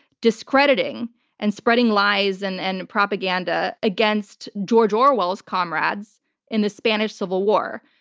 discrediting and spreading lies and and propaganda against george orwell's comrades in the spanish civil war.